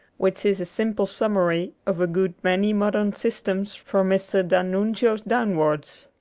which is a simple summary of a good many modern systems from mr. d'annunzio's downwards.